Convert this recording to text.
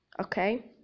okay